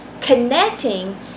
connecting